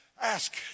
ask